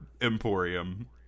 Emporium